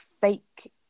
fake